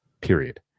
Period